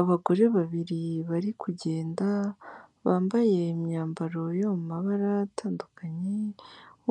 Abagore babiri bari kugenda bambaye imyambaro yo mu mabara atandukanye,